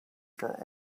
for